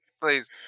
Please